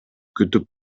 күтүп